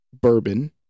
bourbon